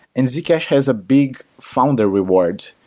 and z cash has a big founder reward.